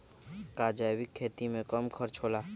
का जैविक खेती में कम खर्च होला?